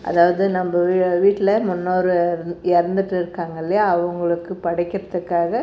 அதாவது நம்ம வீ வீட்டில் முன்னோரு இறந்துட்டு இருக்காங்க இல்லையா அவங்களுக்கு படைக்கின்றத்துக்காக